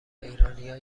ایرانیا